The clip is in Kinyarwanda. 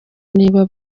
niba